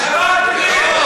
השב"כ מתנגד.